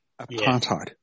apartheid